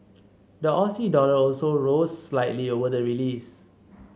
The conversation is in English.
the Aussie dollar also rose slightly over the release